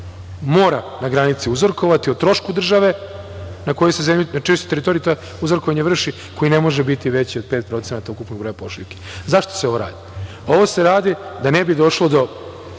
mora na granici uzorkovati o trošku države na čijoj se teritoriji to uzorkovanje vrši, koji ne može biti veći od 5% ukupnog broja pošiljki.Zašto se ovo radi? Ovo se radi da ne bi došlo do